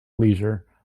leisure